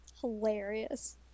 Hilarious